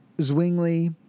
Zwingli